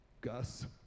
gus